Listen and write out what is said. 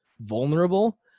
vulnerable